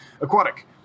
aquatic